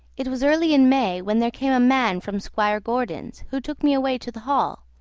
it was early in may, when there came a man from squire gordon's, who took me away to the hall.